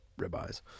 ribeyes